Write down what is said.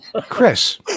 Chris